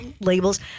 labels